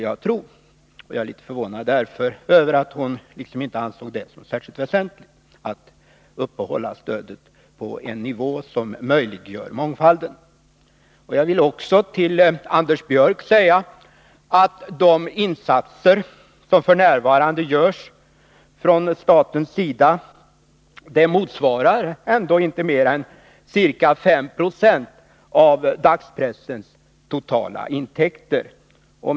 Jag är därför litet förvånad över att hon inte ansåg det som särskilt väsentligt att uppehålla stödet på en nivå som möjliggör mångfald. 23 Till Anders Björck vill jag säga att de insatser som f. n. görs från statens sida ändå inte motsvarar mer än ca 5 96 av dagspressens totala intäkter.